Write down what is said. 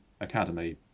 Academy